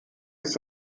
ist